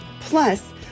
Plus